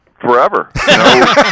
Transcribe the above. forever